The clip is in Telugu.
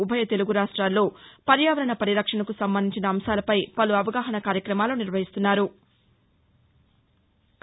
ఉభయ తెలుగు రాష్టాల్లో పర్యావరణ పరిరక్షణకు సంబంధించిన అంశాలపై పలు అవగాహనా కార్యక్రమాలు నిర్వహిస్తున్నారు